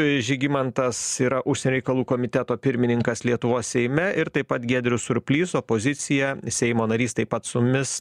žygimantas yra užsienio reikalų komiteto pirmininkas lietuvos seime ir taip pat giedrius surplys opozicija seimo narys taip pat su mumis